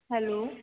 hello